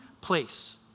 place